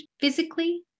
physically